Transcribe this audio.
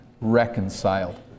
reconciled